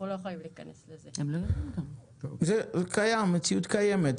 זו מציאות קיימת.